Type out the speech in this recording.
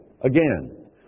again